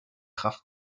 kraft